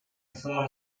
thought